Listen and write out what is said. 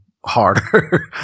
harder